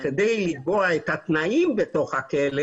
כדי לקבוע את התנאים בתוך הכלא,